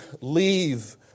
leave